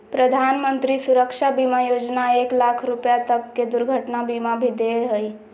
प्रधानमंत्री सुरक्षा बीमा योजना एक लाख रुपा तक के दुर्घटना बीमा भी दे हइ